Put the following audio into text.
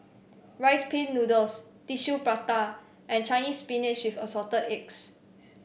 Rice Pin Noodles Tissue Prata and Chinese Spinach with Assorted Eggs